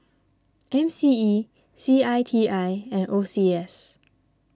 M C E C I T I and O C S